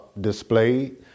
displayed